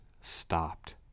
stopped